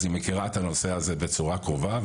אז היא מכירה את הנושא הזה בצורה קרובה.